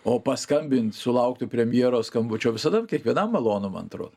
o paskambint sulaukti premjero skambučio visada kiekvienam malonu man atrodo